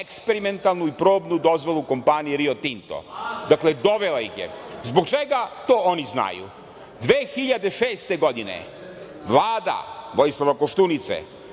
eksperimentalnu i probnu dozvolu kompaniji "Rio Tinto". Dakle, dovela ih je. Zbog čega - to oni znaju. Godine 2006. Vlada Vojislava Koštunice,